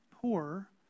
poor